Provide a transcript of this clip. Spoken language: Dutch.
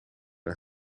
een